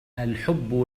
الحب